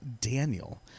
daniel